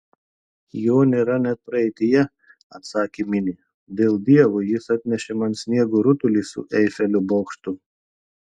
jo nėra net praeityje atsakė minė dėl dievo jis atnešė man sniego rutulį su eifelio bokštu